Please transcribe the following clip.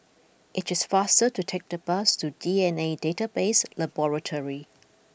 it is faster to take the bus to D N A Database Laboratory